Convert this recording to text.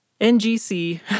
NGC